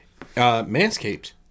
Manscaped